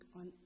on